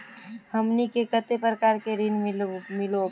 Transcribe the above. हमनी के कते प्रकार के ऋण मीलोब?